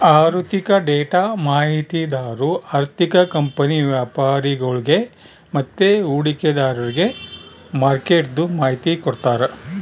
ಆಋಥಿಕ ಡೇಟಾ ಮಾಹಿತಿದಾರು ಆರ್ಥಿಕ ಕಂಪನಿ ವ್ಯಾಪರಿಗುಳ್ಗೆ ಮತ್ತೆ ಹೂಡಿಕೆದಾರ್ರಿಗೆ ಮಾರ್ಕೆಟ್ದು ಮಾಹಿತಿ ಕೊಡ್ತಾರ